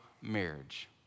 marriage